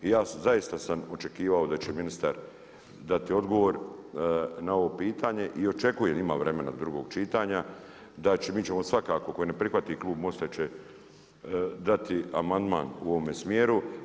I ja sam zaista očekivao da će ministar dati odgovor na ovo pitanje i očekujem, ima vremena do drugog čitanja, mi ćemo svakako ako i ne prihvati klub Most-a će dati amandman u ovome smjeru.